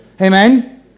Amen